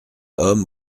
homme